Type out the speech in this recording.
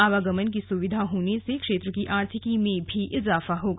आवागमन की सुविधा होने से क्षेत्र की आर्थिकी में भी इजाफा होगा